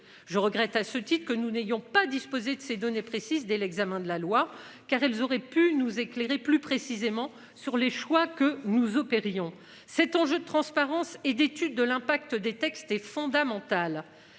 je regrette à ce titre que nous n'ayons pas disposer de ces données précises dès l'examen de la loi car elles auraient pu nous éclairer plus précisément sur les choix que nous au Pérignon cet enjeu de transparence et d'étude de l'impact des textes et fondamental.